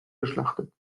geschlachtet